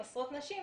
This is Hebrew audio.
עשרות נשים,